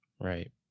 right